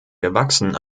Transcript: gewachsen